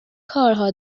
کارها